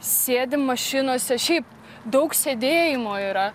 sėdim mašinose šiaip daug sėdėjimo yra